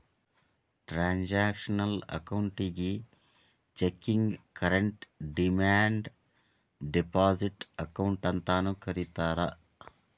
transactional ಅಕೌಂಟಿಗಿ checking current demand deposit account ಅಂತಾನೂ ಕರಿತಾರಾ